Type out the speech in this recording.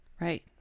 right